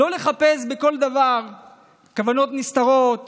לא לחפש בכל דבר כוונות נסתרות